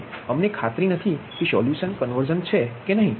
અમને ખાતરી નથી કે સોલ્યુશન કન્વર્ઝ છે કે નહીં